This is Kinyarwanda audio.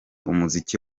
umuziki